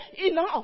Enough